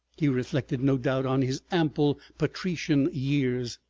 he reflected no doubt on his ample patrician years,